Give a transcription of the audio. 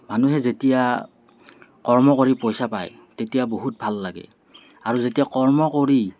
মানুহে যেতিয়া কৰ্ম কৰি পইচা পায় তেতিয়া বহুত ভাল লাগে আৰু যেতিয়া কৰ্ম কৰি